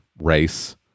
race